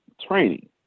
training